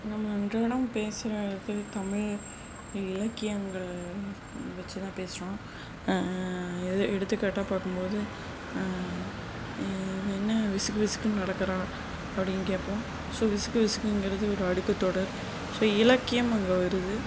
நம்ம அன்றாடம் பேசுகிறது தமிழ் இலக்கியங்கள் வச்சுதான் பேசுகிறோம் இது எடுத்துக்காட்டாக பார்க்கும்போது இவள் என்ன விசுக்கு விசுக்குன்னு நடக்கறாள் அப்படினு கேட்போம் ஸோ விசுக்கு விசுக்குங்குறது ஒரு அடுக்குத்தொடர் ஸோ இலக்கியம் அங்கே வருது